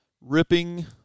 ripping